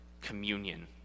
communion